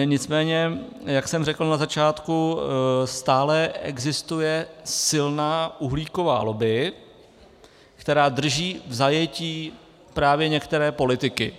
Nicméně jak jsem řekl na začátku, stále existuje silná uhlíková lobby, která drží v zajetí právě některé politiky.